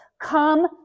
come